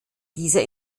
dieser